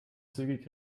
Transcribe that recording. zügig